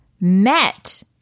met